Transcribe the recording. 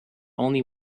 only